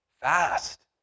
Fast